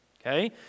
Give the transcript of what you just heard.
Okay